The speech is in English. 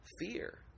fear